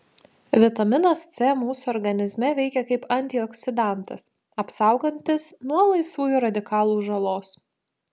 vitaminas c mūsų organizme veikia kaip antioksidantas apsaugantis nuo laisvųjų radikalų žalos